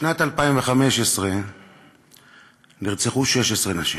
בשנת 2015 נרצחו 16 נשים,